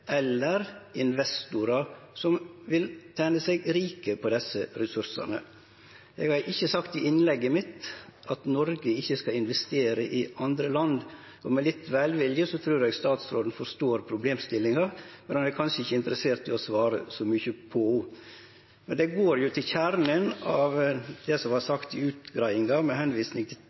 eller investorar som vil tene seg rike på desse ressursane. Eg har ikkje sagt i innlegget mitt at Noreg ikkje skal investere i andre land, og med litt velvilje trur eg statsråden forstår problemstillinga, men han er kanskje ikkje interessert i å svare så mykje på ho. Men det går jo til kjernen av det som var sagt i utgreiinga med tilvising til